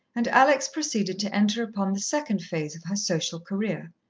and alex proceeded to enter upon the second phase of her social career.